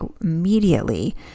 immediately